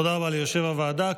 תודה רבה ליושב-ראש הוועדה.